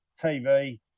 TV